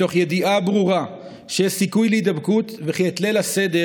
מתוך ידיעה ברורה שיש סיכוי להידבקות וכי את ליל הסדר